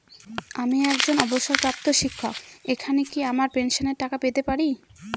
আমি একজন অবসরপ্রাপ্ত শিক্ষক এখানে কি আমার পেনশনের টাকা পেতে পারি?